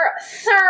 sir